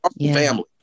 family